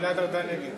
נגד